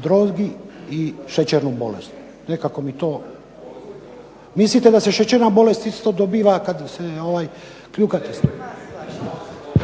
drogi i šećernu bolest. Nekako mi to. Mislite se da se šećerna bolest isto dobiva kad se kljukate,